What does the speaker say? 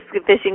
fishing